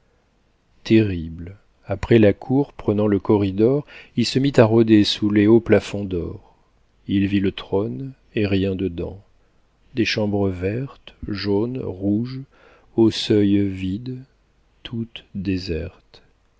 terrible après la cour prenant le corridor il se mit à rôder sous les hauts plafonds d'or il vit le trône et rien dedans des chambres vertes jaunes rouges aux seuils vides toutes désertes